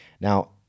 Now